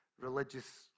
religious